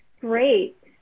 Great